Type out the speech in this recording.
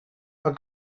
mae